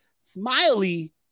Smiley